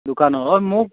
দোকানত অঁ মোক